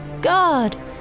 God